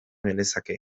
genezake